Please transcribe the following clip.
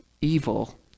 evil